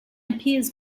appears